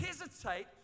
hesitate